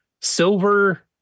silver